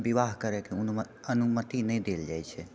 विवाह करए के उनु अनुमति नहि देल जाइत छै